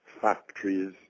factories